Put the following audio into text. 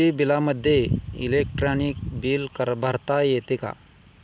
Utility बिलामध्ये electronic bill भरता येते का?